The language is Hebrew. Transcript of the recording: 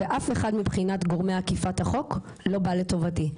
ואף אחד מבחינת גורמי אכיפת החוק לא בא לטובתי.